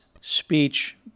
speech